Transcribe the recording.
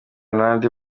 n’abandi